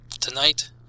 Tonight